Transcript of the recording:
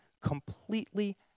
completely